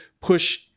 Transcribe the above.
push